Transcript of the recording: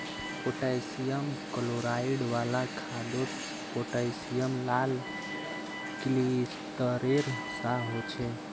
potassium chloride वाला खादोत potassium लाल क्लिस्तेरेर सा होछे